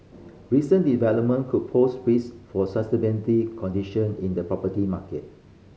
recent development could pose risk for sustainable condition in the property market